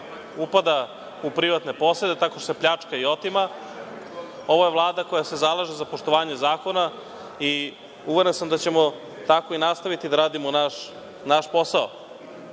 upada u privatne posede, tako što se pljačka i otima. Ovo je Vlada koja se zalaže za poštovanje zakona i uveren sam da ćemo tako i nastaviti da radimo naš posao. Imao